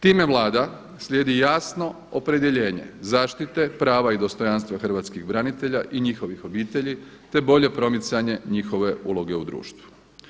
Time Vlada slijedi jasno opredjeljenje zaštite prava i dostojanstva hrvatskih branitelja i njihovih obitelji, te bolje promicanje njihove uloge u društvu.